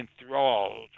enthralled